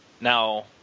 Now